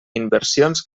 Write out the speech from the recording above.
inversions